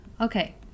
Okay